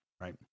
Right